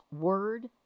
word